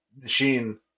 machine